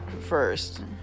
first